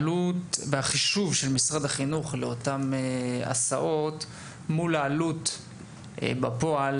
העלות והחישוב של משרד החינוך לאותן הסעות מול העלות בפועל